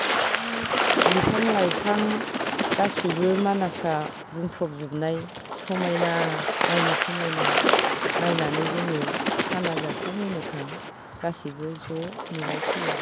बिफां लाइफां गासैबो मानासा बुंफबजोबनाय समायना नायनो समायना नायनानै जोङो खाना जाखां मिनिखां गासैबो ज' न'आव फैयो